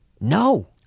no